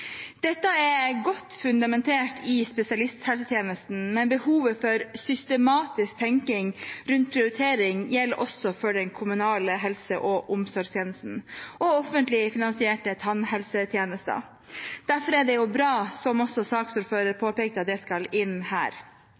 Dette er godt fundamentert i spesialisthelsetjenesten, men behovet for systematisk tenkning rundt prioritering gjelder også for den kommunale helse- og omsorgstjenesten og offentlig finansiert tannhelsetjenester. Derfor er det bra, som også saksordføreren påpekte, at det skal inn her.